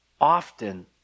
often